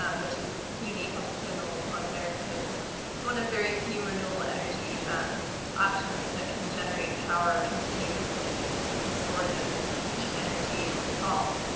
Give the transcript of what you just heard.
um which is unique. i'll just put in a little plug there, because it's one of very few renewable energy options that can generate power continuously, because you can store the heat energy in salt,